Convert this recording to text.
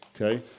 Okay